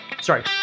Sorry